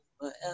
forever